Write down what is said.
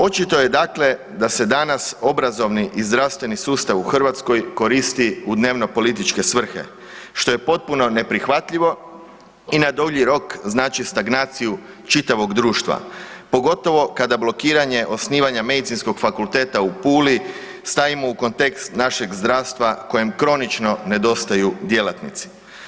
Očito je dakle da se danas obrazovni i zdravstveni sustav u Hrvatskoj koristi u dnevno političke svrhe što je potpuno neprihvatljivo i na dulji rok znači stagnaciju čitavog društva pogotovo kada blokiranje osnivanja Medicinskog fakulteta u Puli stavimo u kontekst našeg zdravstva kojem kronično nedostaju djelatnici.